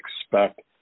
expect